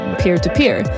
peer-to-peer